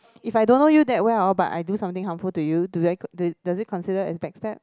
if I don't know you that well hor but I do something harmful to you do that does it consider as backstab